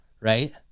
right